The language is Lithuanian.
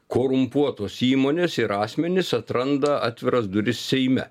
korumpuotos įmonės ir asmenys atranda atviras duris seime